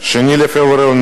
2 בפברואר,